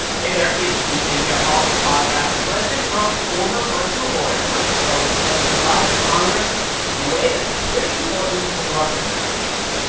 hey, there. it's the npr politics podcast. president trump's former personal lawyer, michael cohen, says he lied to congress in a way that's pretty important for the russia investigation.